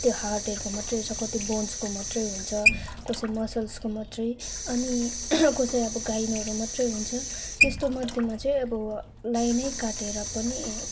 त्यो हार्टहरूको मात्रै हेर्छ कति बोन्सको मात्रै हुन्छ कसै मसल्सको मात्रै अनि कसै अब गाइनोहरू मात्रै हुन्छ त्यस्तो मध्येमा चाहिँ अब लाइनै काटेर पनि